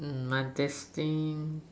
um my destined